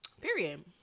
period